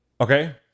Okay